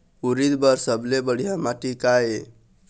उरीद बर सबले बढ़िया माटी का ये?